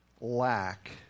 lack